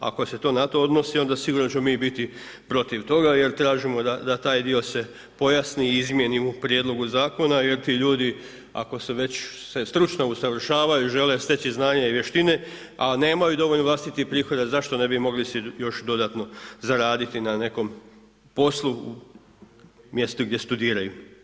Ako se to na to odnosi, onda sigurno ćemo mi biti protiv toga jer tražimo da taj dio se pojasni i izmijeni u prijedlogu zakona jer ti ljudi ako se već stručno usavršavaju i žele steći znanja i vještine a nemaju dovoljno vlastitih prihoda zašto ne bi mogli si još dodatno zaraditi na nekom poslu, mjestu gdje studiraju?